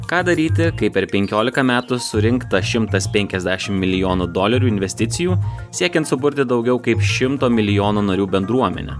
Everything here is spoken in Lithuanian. ką daryti kai per penkiolika metų surinkta šimtas penkiasdešim milijonų dolerių investicijų siekiant suburti daugiau kaip šimto milijonų narių bendruomenę